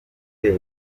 hotel